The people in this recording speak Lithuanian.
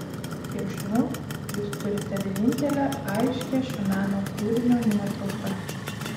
kiek žinau jūs turite vienintelę aiškią šio meno kūrinio nuotrauką